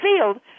field